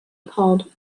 called